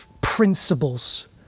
principles